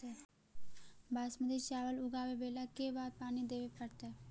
बासमती चावल उगावेला के बार पानी देवे पड़तै?